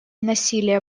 насилия